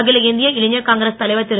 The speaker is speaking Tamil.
அகில இந்திய இளைஞர் காங்கிரஸ் தலைவர் திரு